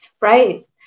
right